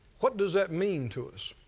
what does that mean to us?